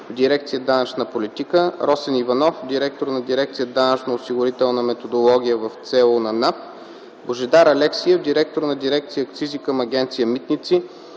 дирекция „Данъчна политика”, Росен Иванов – директор на дирекция „Данъчно-осигурителна методология” в ЦУ на НАП, Божидар Алексиев – директор на дирекция „Акцизи” към Агенция „Митници”,